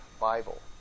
Bible